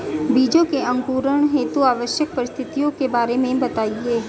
बीजों के अंकुरण हेतु आवश्यक परिस्थितियों के बारे में बताइए